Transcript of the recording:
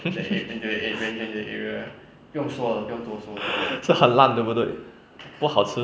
是很烂对不对不好吃